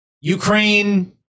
Ukraine